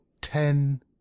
ten